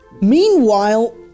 Meanwhile